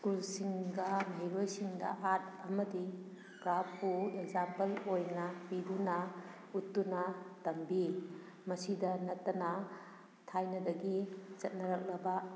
ꯁ꯭ꯀꯨꯜꯁꯤꯡꯒ ꯃꯩꯍꯩꯔꯣꯏꯁꯤꯡꯗ ꯑꯥꯔꯠ ꯑꯃꯗꯤ ꯀ꯭ꯔꯥꯐꯄꯨ ꯑꯦꯛꯖꯥꯝꯄꯜ ꯑꯣꯏꯅ ꯄꯤꯗꯨꯅ ꯎꯠꯇꯨꯅ ꯇꯝꯕꯤ ꯃꯁꯤꯗ ꯅꯠꯇꯅ ꯊꯥꯏꯅꯗꯒꯤ ꯆꯠꯅꯔꯛꯂꯕ